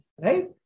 Right